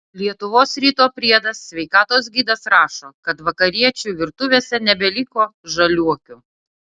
lietuvos ryto priedas sveikatos gidas rašo kad vakariečių virtuvėse nebeliko žaliuokių